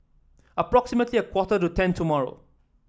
approximately a quarter to ten tomorrow